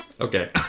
Okay